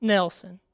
Nelson